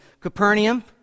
Capernaum